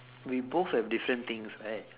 we both have different things right